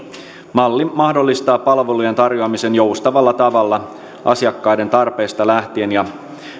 malli mahdollistaa palvelujen tarjoamisen joustavalla tavalla asiakkaiden tarpeista lähtien ja